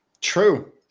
True